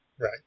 Right